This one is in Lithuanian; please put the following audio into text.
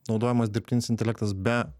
naudojamas dirbtinis intelektas be